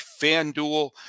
FanDuel